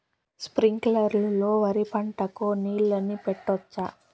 స్ప్రింక్లర్లు లో వరి పంటకు నీళ్ళని పెట్టొచ్చా?